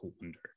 wonder